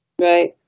Right